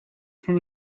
from